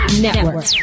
Network